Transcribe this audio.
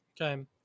Okay